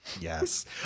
Yes